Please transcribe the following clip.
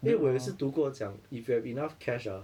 因为我有也是读过讲 if you have enough cash ah